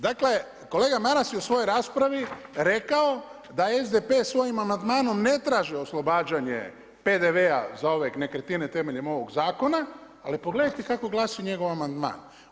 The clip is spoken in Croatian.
Dakle, kolega Maras je u svojoj raspravi rekao da je SDP svojim amandmanom ne traže oslobađanje PDV-a za ove nekretnine temeljem ovog zakona, ali pogledajte kako glasi njegov amandman.